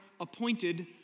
appointed